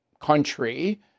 country